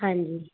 ਹਾਂਜੀ